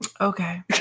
Okay